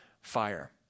fire